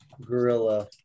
Gorilla